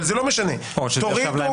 אבל זה לא משנה- -- או שזה ישב להם